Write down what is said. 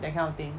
that kind of thing